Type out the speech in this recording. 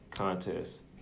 Contest